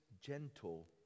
gentle